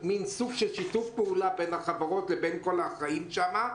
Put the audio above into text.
סוג של שיתוף פעולה בין החברות לבין האחראים שם,